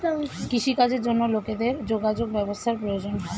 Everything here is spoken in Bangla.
কৃষি কাজের জন্য লোকেদের যোগাযোগ ব্যবস্থার প্রয়োজন হয়